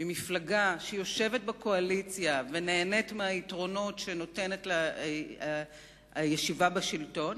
ממפלגה שיושבת בקואליציה ונהנית מהיתרונות שנותנת לה הישיבה בשלטון,